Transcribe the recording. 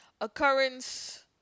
occurrence